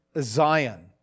Zion